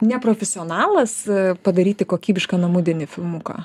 neprofesionalas padaryti kokybišką namudinį filmuką